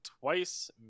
twice